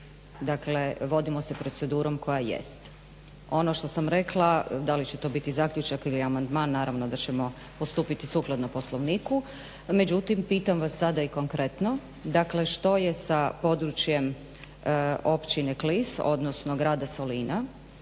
dakle vodimo se procedurom koja jest. Ono što sam rekla da li će to biti zaključak ili amandman naravno da ćemo postupiti sukladno Poslovniku, međutim pitam vas sada i konkretno dakle što je sa područjem općine Klis, odnosno grada Solina.